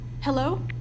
Hello